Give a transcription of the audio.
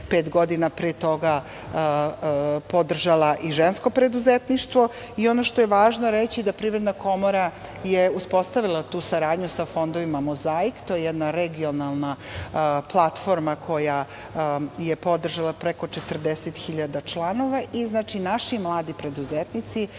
pet godina pre toga podržala i žensko preduzetništvo. Ono što je važno reći da Privredna komora je uspostavila tu saradnju sa fondovima Mozaik, to je jedna regionalna platforma koja je podržala preko 40 hiljada članova i naši mladi preduzetnici